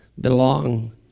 belong